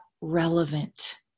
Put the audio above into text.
relevant